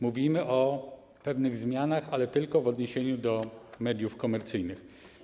Mówimy o pewnych zmianach, ale tylko w odniesieniu do mediów komercyjnych.